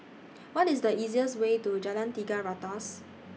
What IS The easiest Way to Jalan Tiga Ratus